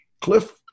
Cliff